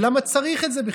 למה צריך את זה בכלל?